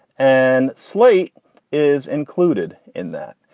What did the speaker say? and slate is included in that.